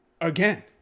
again